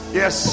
yes